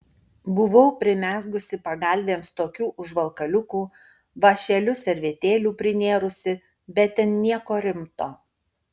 buvau primezgusi pagalvėms tokių užvalkaliukų vąšeliu servetėlių prinėrusi bet ten nieko rimto